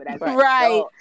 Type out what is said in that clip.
Right